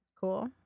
Cool